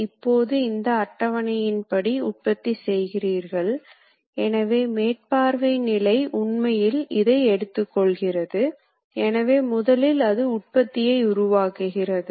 இப்போது எண் கட்டுப்பாடு என்ற சொல் EIA ஆல் வரையறுக்கப்பட்டுள்ளது இதில் ஒரு கட்டத்தில் இயந்திர தரவுகளை நேரடியாக செருகுவதன் மூலம் இயந்திரங்களின் நடவடிக்கைகள் கட்டுப்படுத்தப்படுகின்றன